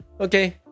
Okay